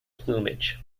plumage